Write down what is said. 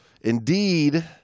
Indeed